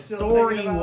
story